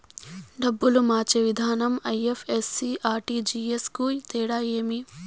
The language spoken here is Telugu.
డబ్బులు మార్చే విధానం ఐ.ఎఫ్.ఎస్.సి, ఆర్.టి.జి.ఎస్ కు తేడా ఏమి?